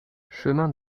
chemin